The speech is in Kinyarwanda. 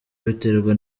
biterwa